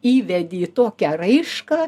įvedė tokią raišką